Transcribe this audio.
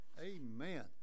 amen